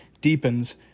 deepens